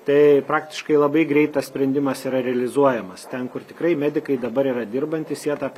tai praktiškai labai greit tas sprendimas yra realizuojamas ten kur tikrai medikai dabar yra dirbantys jie tą